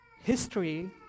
history